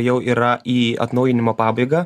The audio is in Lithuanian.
jau yra į atnaujinimo pabaigą